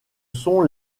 sont